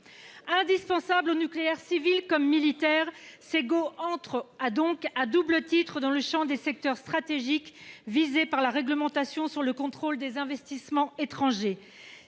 Indispensable au nucléaire civil comme militaire, Segault entre, à double titre, dans le champ des secteurs stratégiques visés par la réglementation sur le contrôle des investissements étrangers.